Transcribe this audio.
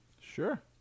Sure